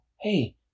hey